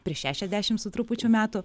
prieš šešiasdešim su trupučiu metų